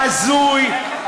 בזוי,